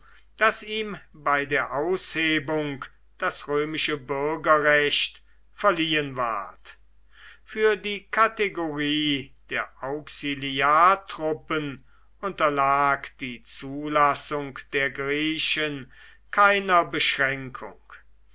daß ihm bei der aushebung das römische bürgerrecht verliehen ward für die kategorie der auxiliartruppen unterlag die zulassung der griechen keiner beschränkung